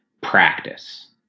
practice